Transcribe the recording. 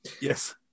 Yes